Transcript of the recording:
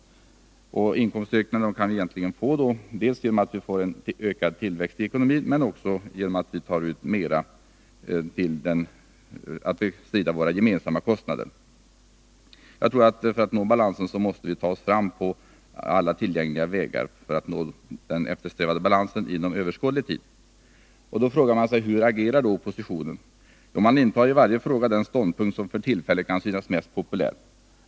Inkomsterna kan ökas dels genom en ökad tillväxt i ekonomin, dels genom att vi tar ut mera till att bestrida våra gemensamma kostnader. Vi måste ta oss fram på alla tillgängliga vägar för att nå den eftersträvade balansen inom överskådlig tid. Hur agerar då oppositionen? Man intar i varje fråga den ståndpunkt som för tillfället kan synas mest populär.